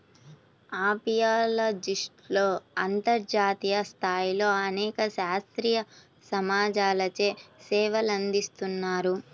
అపియాలజిస్ట్లు అంతర్జాతీయ స్థాయిలో అనేక శాస్త్రీయ సమాజాలచే సేవలందిస్తున్నారు